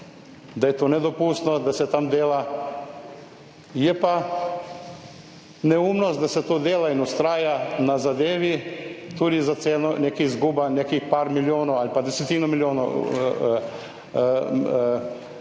da je to nedopustno, da se tam dela, je pa neumnost, da se to dela in vztraja na zadevi tudi za ceno neka izguba nekih par milijonov ali pa desetine milijonov denarja,